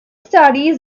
studies